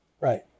right